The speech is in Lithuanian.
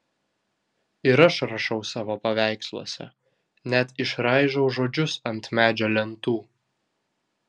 ir aš rašau savo paveiksluose net išraižau žodžius ant medžio lentų